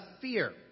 fear